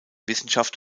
wissenschaft